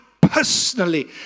personally